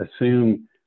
assume